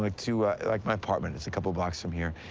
like to, ah like my apartment. it's a couple blocks from here.